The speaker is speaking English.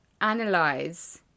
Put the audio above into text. analyze